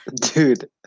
dude